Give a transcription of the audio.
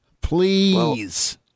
please